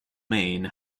maine